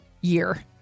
year